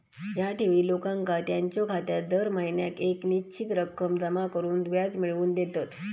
ह्या ठेवी लोकांका त्यांच्यो खात्यात दर महिन्याक येक निश्चित रक्कम जमा करून व्याज मिळवून देतत